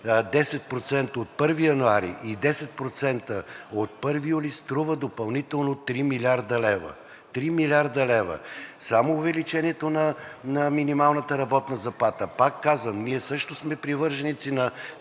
10% от 1 януари и 10% от 1 юли, струва допълнително 3 млрд. лв., 3 млрд. лв. само увеличението на минималната работна заплата. Пак казвам, ние също сме привърженици тази